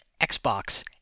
Xbox